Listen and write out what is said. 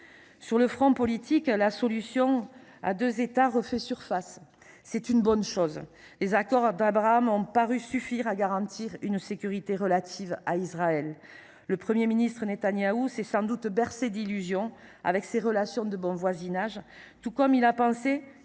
Sur le front politique, la solution à deux États refait surface ; c’est une bonne chose. Les accords d’Abraham ont paru suffire à garantir une sécurité relative à Israël ; le Premier ministre Netanyahou s’est sans doute bercé d’illusions avec ces relations de bon voisinage, comme il a pensé